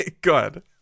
good